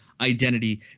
Identity